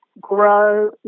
grow